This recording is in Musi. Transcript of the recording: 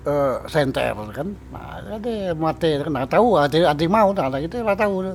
Eh senter tu kan nah ade matekan nah tau ade ade imau nah kite la tau tu,